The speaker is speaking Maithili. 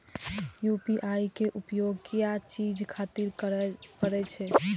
यू.पी.आई के उपयोग किया चीज खातिर करें परे छे?